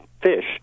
fish